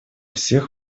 всех